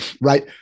right